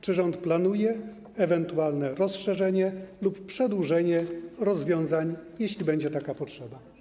Czy rząd planuje ewentualne rozszerzenie lub przedłużenie rozwiązań, jeśli będzie taka potrzeba?